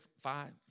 five